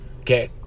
Okay